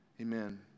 Amen